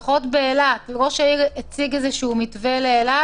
ראש העיר הציג איזשהו מתווה לאילת